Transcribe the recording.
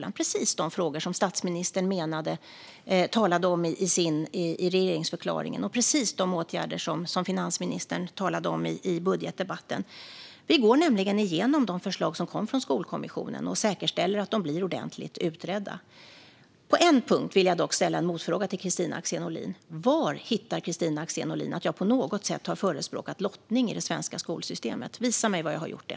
Det är precis de frågor som statsministern talade om i regeringsförklaringen och precis de åtgärder som finansministern talade om i budgetdebatten. Vi går nämligen igenom de förslag som kom från Skolkommissionen och säkerställer att de blir ordentligt utredda. På en punkt vill jag dock ställa en motfråga till Kristina Axén Olin: Var hittar Kristina Axén Olin att jag på något sätt har förespråkat lottning i det svenska skolsystemet? Visa mig var jag har gjort det!